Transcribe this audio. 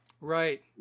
Right